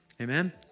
Amen